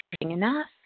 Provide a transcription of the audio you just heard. enough